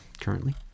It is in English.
currently